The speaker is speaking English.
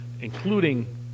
including